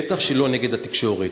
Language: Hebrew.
בטח שלא נגד התקשורת.